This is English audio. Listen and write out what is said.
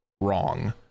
wrong